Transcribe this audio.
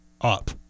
up